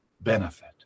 benefit